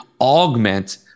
augment